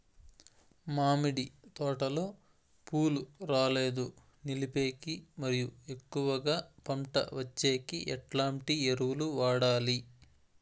మామిడి తోటలో పూలు రాలేదు నిలిపేకి మరియు ఎక్కువగా పంట వచ్చేకి ఎట్లాంటి ఎరువులు వాడాలి?